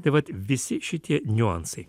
tai vat visi šitie niuansai